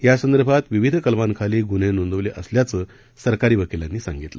यासंदर्भात विविध कलमांखाली गुन्हे नोंदवले असल्याचं सरकारी वकिलांनी सांगितलं